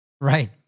right